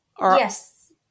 Yes